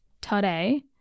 today